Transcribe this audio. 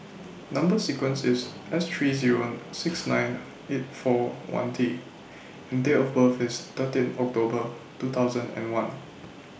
Number sequence IS S three Zero six nine eight four one T and Date of birth IS thirteen October two thousand and one